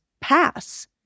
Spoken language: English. pass